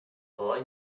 boy